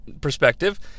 perspective